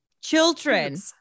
Children